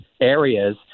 areas